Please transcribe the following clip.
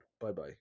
Bye-bye